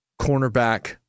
cornerback